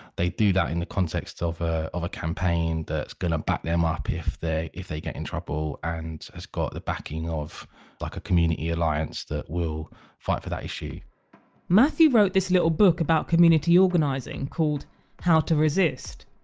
they do that in the context of ah of a campaign that's going to back them up if they, if they get in trouble and has got the backing of like a community alliance that will fight for that issue matthew wrote this little book about community organising, called how to resist.